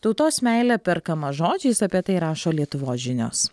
tautos meilė perkama žodžiais apie tai rašo lietuvos žinios